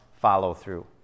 follow-through